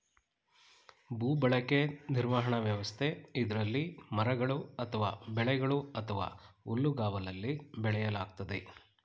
ಭೂಬಳಕೆ ನಿರ್ವಹಣಾ ವ್ಯವಸ್ಥೆ ಇದ್ರಲ್ಲಿ ಮರಗಳು ಅಥವಾ ಬೆಳೆಗಳು ಅಥವಾ ಹುಲ್ಲುಗಾವಲಲ್ಲಿ ಬೆಳೆಯಲಾಗ್ತದೆ